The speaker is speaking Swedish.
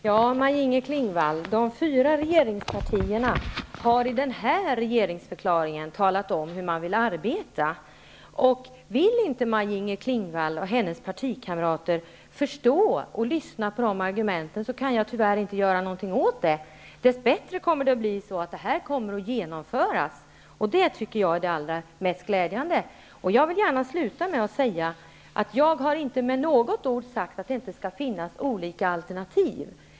Fru talman! De fyra regeringspartierna har i regeringsförklaringen talat om hur man vill arbeta. Vill inte Maj-Inger Klingvall och hennes partikamrater förstå och lyssna på de argumenten kan jag tyvärr inte göra någonting åt det. Dess bättre kommer det här att genomföras, och det tycker jag är det allra mest glädjande. Jag vill gärna sluta med att säga att jag inte har sagt ett ord om att det inte skall finnas olika alternativ.